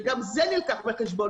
וגם זה נלקח בחשבון,